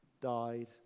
died